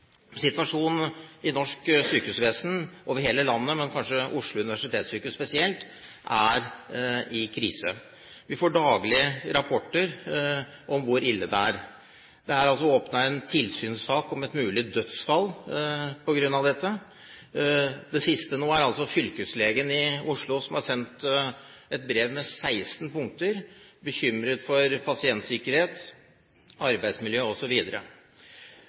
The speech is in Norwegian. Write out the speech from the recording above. Norsk sykehusvesen over hele landet, men kanskje spesielt Oslo universitetssykehus, er i krise. Vi får daglig rapporter om hvor ille det er. Det er åpnet en tilsynssak om et mulig dødsfall på grunn av dette. Det siste nå er at fylkeslegen i Oslo har sendt et brev med 16 punkter fordi han er bekymret for pasientsikkerhet, arbeidsmiljø